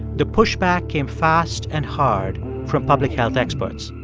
the pushback came fast and hard from public health experts